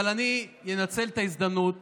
אבל אני אנצל את ההזדמנות